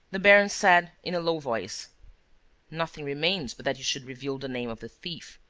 the baron said, in a low voice nothing remains but that you should reveal the name of the thief.